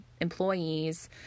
employees